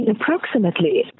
approximately